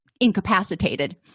incapacitated